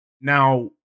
Now